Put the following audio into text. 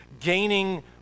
gaining